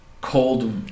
cold